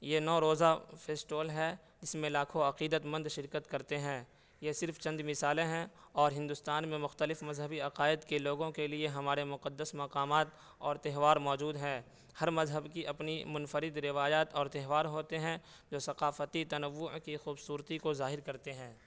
یہ نو روزہ فیسٹول ہے جس میں لاکھوں عقیدت مند شرکت کرتے ہیں یہ صرف چند مثالیں ہیں اور ہندوستان میں مختلف مذہبی عقائد کے لوگوں کے لیے ہمارے مقدس مقامات اور تہوار موجود ہیں ہر مذہب کی اپنی منفرد روایات اور تہوار ہوتے ہیں جو ثقافتی تنوع کی خوبصورتی کو ظاہر کرتے ہیں